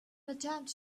attempt